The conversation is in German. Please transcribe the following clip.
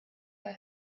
war